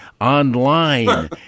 online